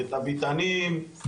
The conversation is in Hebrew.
את הביתנים,